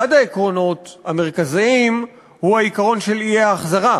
אחד העקרונות המרכזיים הוא עקרון האי-החזרה,